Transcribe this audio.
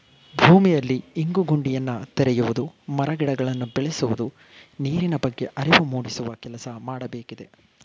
ಭೂಮಿಯಲ್ಲಿ ಇಂಗು ಗುಂಡಿಯನ್ನು ತೆರೆಯುವುದು, ಮರ ಗಿಡಗಳನ್ನು ಬೆಳೆಸುವುದು, ನೀರಿನ ಬಗ್ಗೆ ಅರಿವು ಮೂಡಿಸುವ ಕೆಲಸ ಮಾಡಬೇಕಿದೆ